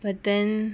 but then